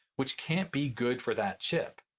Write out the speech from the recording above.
which can't be good for that chip.